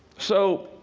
so,